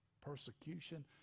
persecution